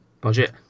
budget